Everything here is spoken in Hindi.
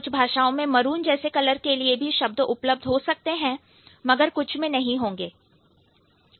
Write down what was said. कुछ भाषाओं में मरून जैसे कलर के लिए भी शब्द उपलब्ध हो सकते हैं मगर कुछ में नहीं होंगे